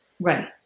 Right